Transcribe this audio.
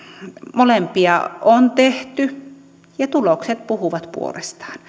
molempia on tehty ja tulokset puhuvat puolestaan